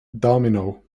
domino